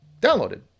downloaded